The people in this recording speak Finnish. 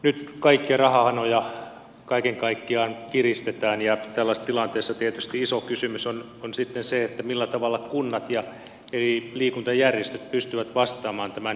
nyt kaikkia rahahanoja kaiken kaikkiaan kiristetään ja tällaisessa tilanteessa tietysti iso kysymys on sitten se millä tavalla kunnat ja eri liikuntajärjestöt pystyvät vastaamaan tämän liikunnan edistämisen haasteeseen